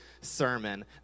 sermon